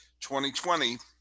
2020